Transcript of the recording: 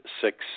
six